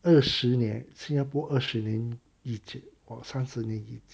二十年新加坡二十年一起 or 三十年一起